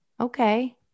Okay